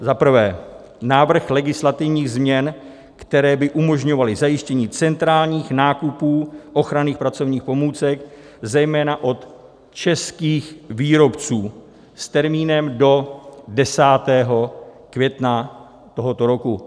1. návrh legislativních změn, které by umožňovaly zajištění centrálních nákupů ochranných pracovních pomůcek zejména od českých výrobců, s termínem do 10. května tohoto roku.